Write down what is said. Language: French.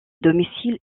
domicile